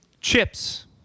chips